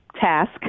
task